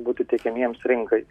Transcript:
būti tiekiamiems rinkai